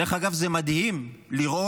דרך אגב, זה מדהים לראות